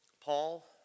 Paul